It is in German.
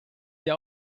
sehe